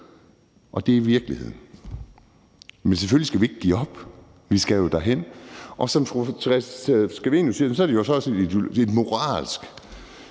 og det er virkeligheden. Men selvfølgelig skal vi ikke give op, for vi skal jo derhen. Som fru Theresa Scavenius siger, er det også noget moralsk: